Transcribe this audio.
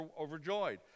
overjoyed